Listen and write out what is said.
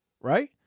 right